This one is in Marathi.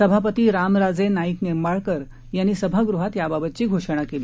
सभापती रामराजे नाईक निंबाळकर यांनी सभागृहात याबाबतची घोषणा केली